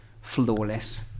flawless